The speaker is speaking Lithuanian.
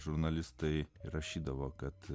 žurnalistai rašydavo kad